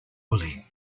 woolley